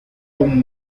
son